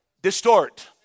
Distort